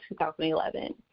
2011